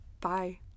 Bye